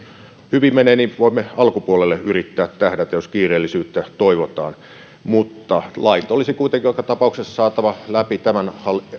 hyvin menee niin voimme alkupuolelle yrittää tähdätä jos kiireellisyyttä toivotaan mutta lait olisi kuitenkin joka tapauksessa saatava läpi tämän